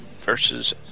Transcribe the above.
versus